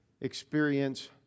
experience